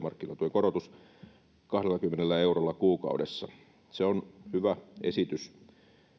korotus kahdellakymmenellä eurolla kuukaudessa se on hyvä esitys